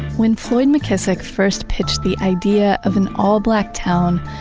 when floyd mckissick first pitched the idea of an all-black town,